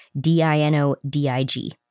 D-I-N-O-D-I-G